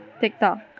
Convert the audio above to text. tiktok